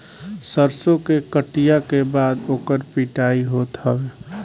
सरसो के कटिया के बाद ओकर पिटिया होत हवे